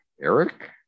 Eric